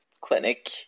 clinic